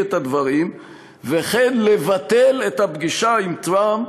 את הדברים וכן לבטל את הפגישה עם טראמפ,